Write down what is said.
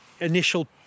initial